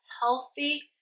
healthy